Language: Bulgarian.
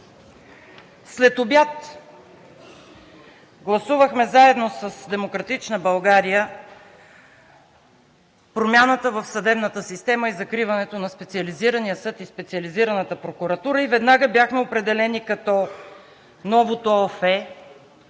Следобед гласувахме заедно с „Демократична България“ промяната в съдебната система и закриването на Специализирания съд и Специализираната прокуратура и веднага бяхме определени като новото ОФ